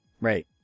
right